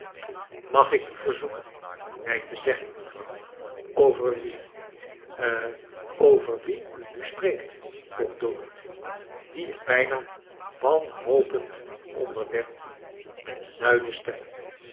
mag ik u verzoeken mij te zeggen mevrouw over wien ha over wien u nu spreekt vroeg dorrit die er bijna wanhopend onder werd met luide stem